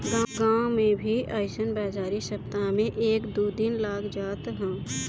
गांव में भी अइसन बाजारी सप्ताह में एक दू दिन लाग जात ह